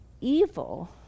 evil